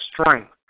strength